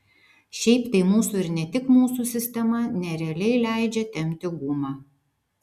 šiaip tai mūsų ir ne tik mūsų sistema nerealiai leidžia tempti gumą